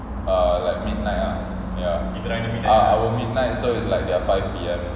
err like midnight ah ya uh our midnight so it's like their five P_M